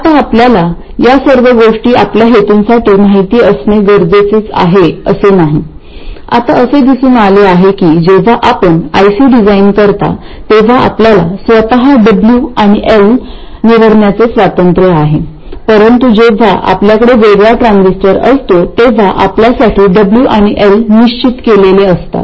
आता आपल्याला या सर्व गोष्टी आपल्या हेतूंसाठी माहित असणे गरजचे आहे असे नाही आता असे दिसून आले आहे की जेव्हा आपण IC डिझाइन करता तेव्हा आपल्याला स्वतः W आणि L स्वातंत्र्य आहे परंतु जेव्हा आपल्याकडे वेगळा ट्रान्झिस्टर असतो तेव्हा आपल्यासाठी W आणि L निश्चित केलेले असतात